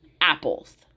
apples